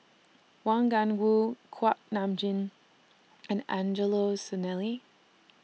Wang Gungwu Kuak Nam Jin and Angelo Sanelli